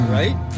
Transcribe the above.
right